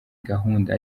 gahunda